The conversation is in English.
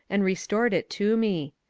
and restored it to me.